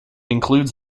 includes